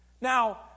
Now